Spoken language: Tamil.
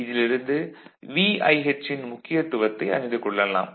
இதிலிருந்து VIHன் முக்கியத்துவத்தை அறிந்து கொள்ளலாம்